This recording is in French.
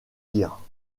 dire